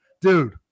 dude